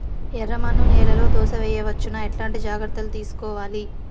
ఎర్రమన్ను నేలలో దోస వేయవచ్చునా? ఎట్లాంటి జాగ్రత్త లు తీసుకోవాలి?